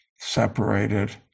separated